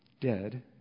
dead